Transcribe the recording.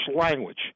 language